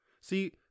See